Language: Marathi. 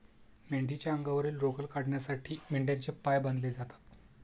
मेंढीच्या अंगावरील लोकर काढण्यासाठी मेंढ्यांचे पाय बांधले जातात